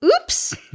oops